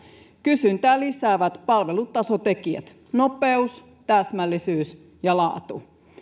kysyntää lisäävät palvelutasotekijät nopeus täsmällisyys ja laatu